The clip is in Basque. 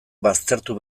baztertu